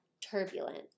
turbulent